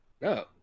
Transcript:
No